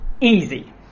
easy